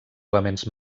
elements